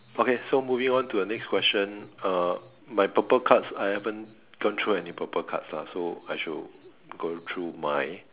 okay so moving to a next question err my purple cards I haven't gone through any purple cards lah so I should go through my